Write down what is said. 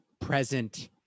present